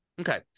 Okay